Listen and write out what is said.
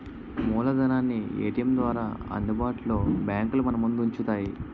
మూలధనాన్ని ఏటీఎం ద్వారా అందుబాటులో బ్యాంకులు మనముందు ఉంచుతాయి